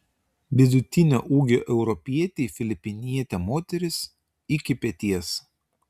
vidutinio ūgio europietei filipinietė moteris iki peties